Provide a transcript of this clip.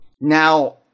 now